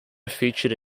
featured